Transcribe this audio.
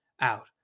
out